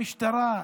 למשטרה,